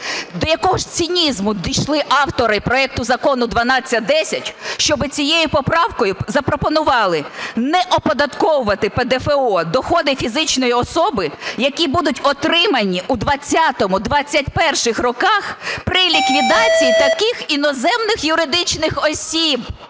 До якого ж цинізму дійшли автори проекту Закону 1210, щоб цією поправкою запропонували не оподатковувати ПДФО, доходи фізичної особи, які будуть отримані у 2020-2021 роках при ліквідації таких іноземних юридичних осіб.